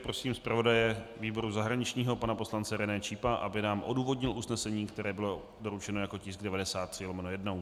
Prosím zpravodaje výboru zahraničního pana poslance René Čípa, aby nám odůvodnil usnesení, které bylo doručeno jako tisk 93/1.